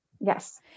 Yes